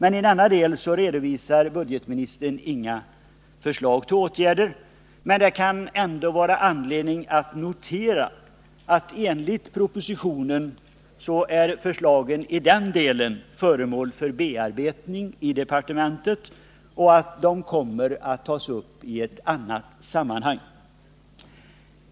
I den delen redovisar budgetministern inga förslag till åtgärder, men det kan ändå vara anledning att notera att förslagen i den delen enligt propositionen är föremål för bearbetning i departementet och att de kommer att tas upp i ett annat sammanhang.